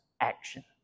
action